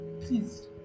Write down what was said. please